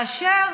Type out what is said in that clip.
כאשר